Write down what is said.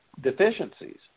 deficiencies